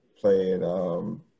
playing